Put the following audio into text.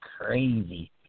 crazy